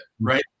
right